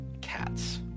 Cats